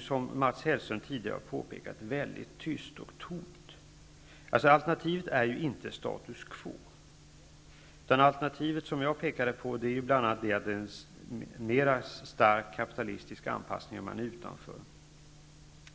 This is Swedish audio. Som Mats Hellström tidigare har påpekat är det väldigt tyst och tomt i det avseendet. Alternativet är inte status quo, utan alternativet är -- vilket jag redan pekat på -- bl.a. en starkare kapitalistisk anpassning vid ett utanförskap.